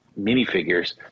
minifigures